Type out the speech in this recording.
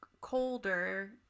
colder